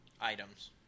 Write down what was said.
items